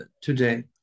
today